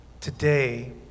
today